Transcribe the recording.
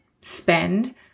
spend